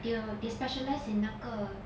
they'll they specialize in 那个